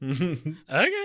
Okay